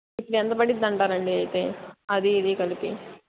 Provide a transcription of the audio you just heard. ఇప్పుడు ఎంత పడుతుంది అంటారు అండి అయితే అది ఇది కలిపి